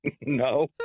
No